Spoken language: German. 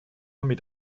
mit